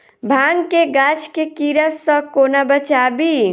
भांग केँ गाछ केँ कीड़ा सऽ कोना बचाबी?